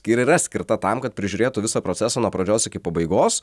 ir yra skirta tam kad prižiūrėtų visą procesą nuo pradžios iki pabaigos